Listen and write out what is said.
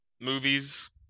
movies